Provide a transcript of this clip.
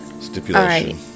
stipulation